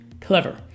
clever